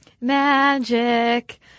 Magic